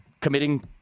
committing